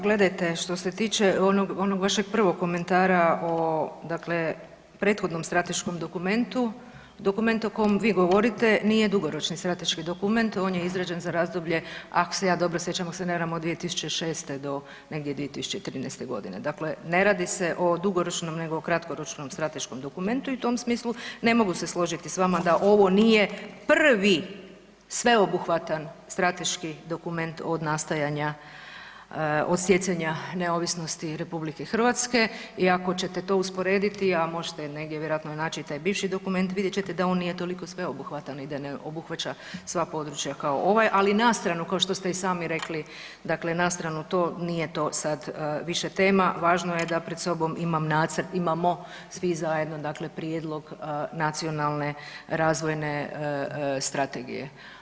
Gledajte što se tiče onog vašeg prvog komentara o dakle prethodnom strateškom dokumentu, dokument o kom vi govorite nije dugoročni strateški dokument on je izrađen za razdoblje ako se ja dobro sjećam, ako se ne varam od 2006. do negdje 2013. godine, dakle ne radi se o dugoročnom nego o kratkoročnom strateškom dokumentu i u tom smislu ne mogu se složiti s vama da ovo nije prvi sveobuhvatan strateški dokument od nastajanja, od stjecanja neovisnosti RH i ako ćete to usporediti, a možete i negdje vjerojatno naći i taj bivši dokument vidjet ćete da on nije toliko sveobuhvatan i da ne obuhvaća sva područja kao ovaj, ali na stranu kao što ste i sami rekli, dakle na stranu to nije to sad više tema, važno je da pred sobom imam nacrt, imamo svi zajedno dakle prijedlog nacionalne razvojne strategije.